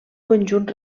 conjunt